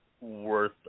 worth